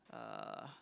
uh